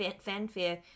fanfare